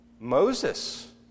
Moses